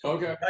Okay